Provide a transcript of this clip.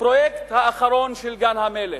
הפרויקט האחרון, גן-המלך,